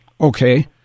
Okay